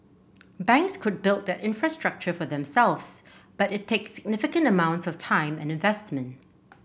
banks could build that infrastructure for themselves but it takes significant amounts of time and investment